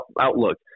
outlook